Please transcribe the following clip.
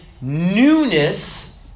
newness